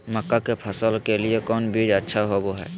मक्का के फसल के लिए कौन बीज अच्छा होबो हाय?